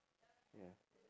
ya